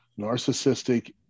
narcissistic